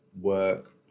work